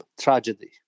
tragedy